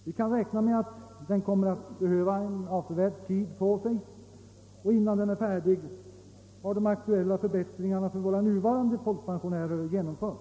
Vi kan räkna med att en sådan behöver avsevärd tid på sig, och innan den är färdig har de aktuella förbättringarna för de nuvarande folkpensionärerna genomförts.